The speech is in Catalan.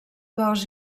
cos